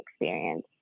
experience